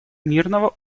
мирного